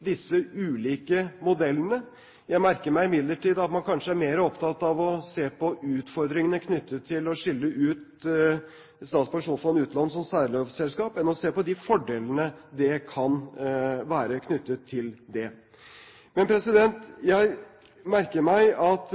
disse ulike modellene. Jeg merker meg imidlertid at man kanskje er mer opptatt av å se på utfordringene knyttet til å skille ut Statens pensjonsfond utland som særlovsselskap enn av å se på de fordelene som kan være knyttet til det. Jeg merker meg at